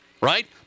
right